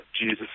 Jesus